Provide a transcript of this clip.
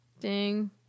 Ding